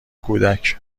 کودک